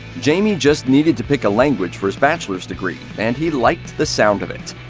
jamie just needed to pick a language for his bachelor's degree, and he liked the sound of it!